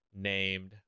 named